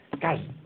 Guys